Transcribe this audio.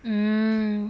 mm